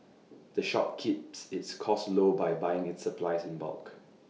the shop keeps its costs low by buying its supplies in bulk